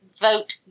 vote